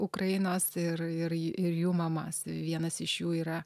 ukrainos ir ir ir jų mamas vienas iš jų yra